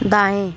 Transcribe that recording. दाएँ